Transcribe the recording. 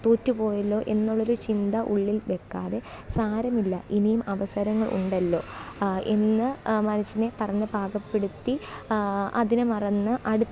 തോറ്റ് പോയല്ലോ എന്നുള്ളൊരു ചിന്ത ഉള്ളില് വെക്കാതെ സാരമില്ല ഇനിയും അവസരങ്ങള് ഉണ്ടല്ലോ എന്ന് മനസിനെ പറഞ്ഞ് പാകപ്പെടുത്തി അതിനെ മറന്ന് അടുത്ത